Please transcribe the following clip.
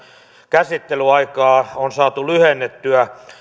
käsittelyaikaa on saatu lyhennettyä